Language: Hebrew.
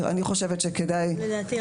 אני חושבת שכדאי --- לדעתי,